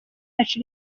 yacu